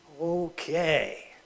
Okay